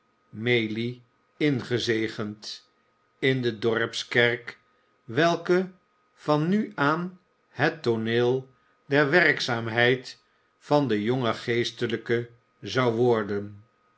maylie ingezegend in de dorpskerk welke van nu aan het tooneel der werkzaamheid van den jongen geestelijke zou worden